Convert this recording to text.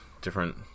different